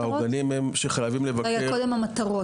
העוגנים הם שחייבים לבקר --- רגע, קודם המטרות.